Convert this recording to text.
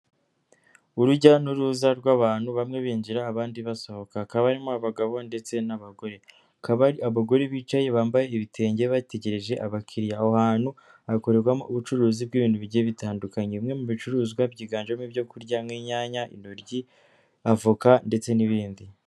Urujya n'uruza rw'abantu bamwe binjira abandi basohoka hakaba harimo abagabo ndetse n'abagore hakaba hari abagore bicaye bambaye ibitenge bategereje abakiriya aho hantu hakorerwamo ubucuruzi bw'ibintu bigiye bitandukanye bimwe mu bicuruzwa byiganjemo ibyo kurya nk'inyanya, intoryi, avoka ndetse n'ibindi.